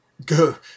Go